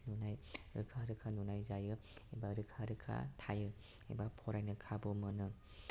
नुनाय रोखा रोखा नुनाय जायो एबा रोखा रोखा थायो एबा फरायनो खाबु मोनो